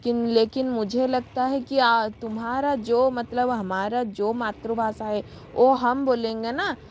किम लेकिन मुझे लगता है कि तुम्हारा जो मतलब हमारा जो मातृभाषा है वो हम बोलेंगे ना